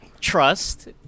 trust